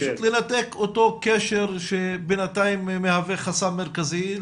פשוט לנתק אותו קשר שבינתיים מקווה חסם מרכזי,